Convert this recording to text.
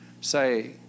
say